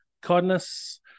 kindness